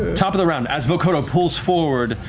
top of the round, as vokodo pulls forward,